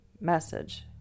message